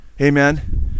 Amen